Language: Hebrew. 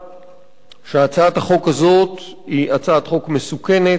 שהצעת החוק הזאת היא הצעת חוק מסוכנת,